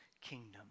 kingdom